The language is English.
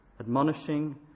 admonishing